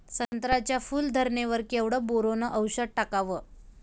संत्र्याच्या फूल धरणे वर केवढं बोरोंन औषध टाकावं?